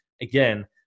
again